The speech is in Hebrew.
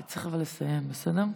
אבל אתה צריך לסיים, בסדר?